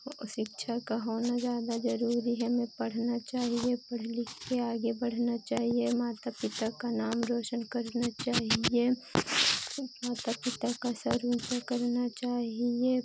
हो शिक्षा का होना ज़्यादा ज़रूरी हमें पढ़ना चाहिए पढ़ लिखकर आगे बढ़ना चाहिए माता पिता का नाम रोशन करना चाहिए माता पिता का सर ऊँचा करना चाहिए